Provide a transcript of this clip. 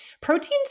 proteins